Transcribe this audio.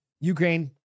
Ukraine